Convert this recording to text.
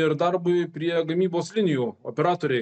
ir darbui prie gamybos linijų operatoriai